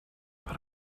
per